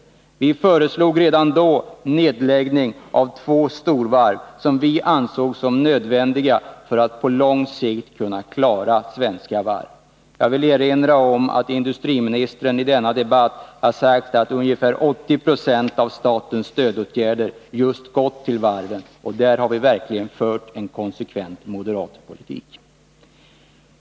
Vi föreslog redan då nedläggning av två stora varv, vilket vi ansåg nödvändigt för att på lång sikt kunna klara Svenska Varv. Jag vill erinra om att industriministern i denna debatt sagt att ungefär 80 20 av statens stödåtgärder gått just till varven. Där har vi moderater verkligen fört en konsekvent politik.